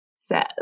says